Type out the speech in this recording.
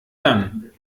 dann